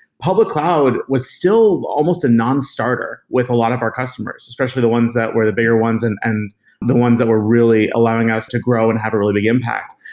public cloud was still almost a nonstarter with a lot of our customers, especially the ones that were the bigger ones and and the ones that were really allowing us to grow and have a really big impact.